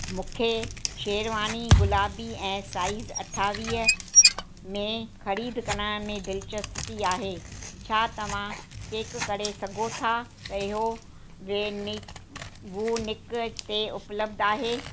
मूंखे शेरवानी गुलाबी ऐं साईज़ अठावीह में ख़रीदु करण में दिलचस्पी आहे छा तव्हां चेक करे सघो था त इहो वेनिक वूनिक ते उपलब्ध आहे